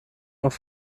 auf